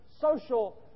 social